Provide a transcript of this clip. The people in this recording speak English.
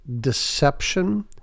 deception